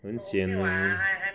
很 sian leh